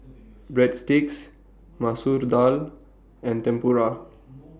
Breadsticks Masoor Dal and Tempura